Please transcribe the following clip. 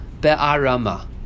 be'arama